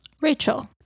Rachel